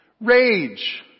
Rage